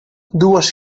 dues